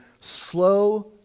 Slow